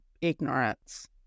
ignorance